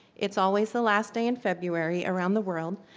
it's always the last day in february around the world,